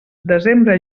desembre